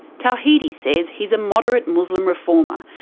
tawhidi says he's a moderate muslim reformer,